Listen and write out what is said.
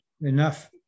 enough